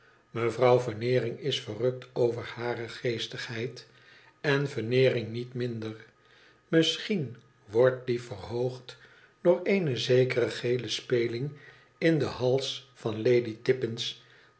mevrouw veneering is verrukt over hare geestigheid en veneering niet minder misschien wordt die verhoogd door eene zekere gele speling in den hals van lady tippins